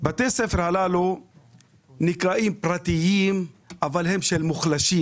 בתי ספר אלה נקראים פרטיים אבל הם של מוחלשים.